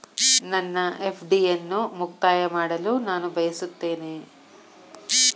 ನನ್ನ ಎಫ್.ಡಿ ಅನ್ನು ಮುಕ್ತಾಯ ಮಾಡಲು ನಾನು ಬಯಸುತ್ತೇನೆ